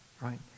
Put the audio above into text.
right